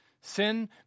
Sin